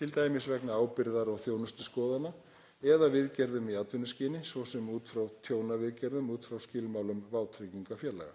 t.d. vegna ábyrgðar- og þjónustuskoðana eða viðgerðum í atvinnuskyni, svo sem út frá tjónaviðgerðum út frá skilmálum vátryggingafélaga.